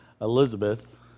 Elizabeth